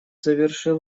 завершил